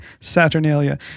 Saturnalia